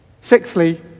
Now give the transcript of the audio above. Sixthly